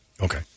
Okay